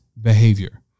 behavior